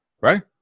right